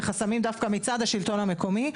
וחסמים דווקא מצד השלטון המקומי,